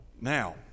Now